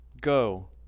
Go